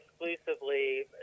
exclusively